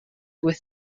with